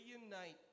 reunite